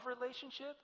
relationship